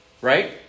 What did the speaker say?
Right